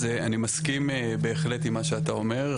אז אני מסכים בהחלט עם מה שאתה אומר.